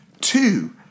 Two